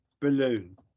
Balloon